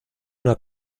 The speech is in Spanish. una